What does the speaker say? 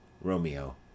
Romeo